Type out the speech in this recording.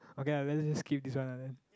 okay lah let's just keep this one lah then